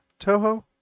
Toho